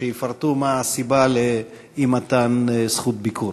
שיפרטו מה הסיבה לאי-מתן זכות ביקור.